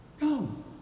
Come